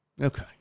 Okay